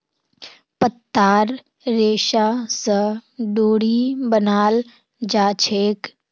पत्तार रेशा स डोरी बनाल जाछेक